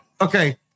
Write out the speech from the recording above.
Okay